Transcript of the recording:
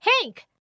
Hank